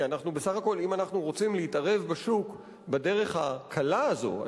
כי אם אנחנו רוצים להתערב בשוק בדרך הקלה הזאת,